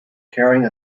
carrying